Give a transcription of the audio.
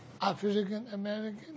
African-American